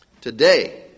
Today